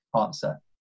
answer